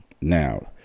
Now